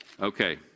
Okay